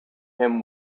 him